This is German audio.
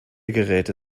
geräte